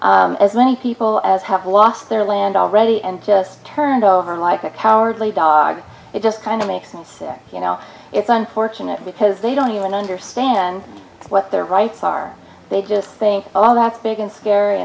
is as many people as have lost their land already and just turned over like a cowardly dog it just kind of makes their you know it's unfortunate because they don't even understand what their rights are they just think all that big and scary